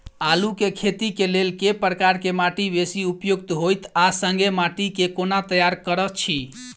आलु केँ खेती केँ लेल केँ प्रकार केँ माटि बेसी उपयुक्त होइत आ संगे माटि केँ कोना तैयार करऽ छी?